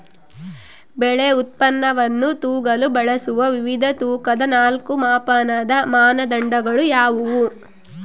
ಬೆಳೆ ಉತ್ಪನ್ನವನ್ನು ತೂಗಲು ಬಳಸುವ ವಿವಿಧ ತೂಕದ ನಾಲ್ಕು ಮಾಪನದ ಮಾನದಂಡಗಳು ಯಾವುವು?